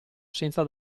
senza